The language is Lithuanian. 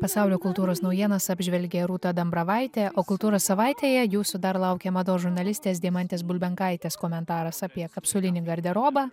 pasaulio kultūros naujienas apžvelgė rūta dambravaitė o kultūros savaitėje jūsų dar laukia mados žurnalistės deimantės bulbenkaitės komentaras apie kapsulinį garderobą